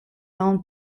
non